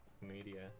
media